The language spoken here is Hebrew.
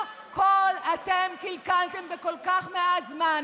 הכול אתם קלקלתם בכל כך מעט זמן.